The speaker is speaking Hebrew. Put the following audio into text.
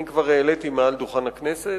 אני כבר העליתי מעל דוכן הכנסת,